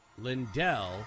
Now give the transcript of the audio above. Lindell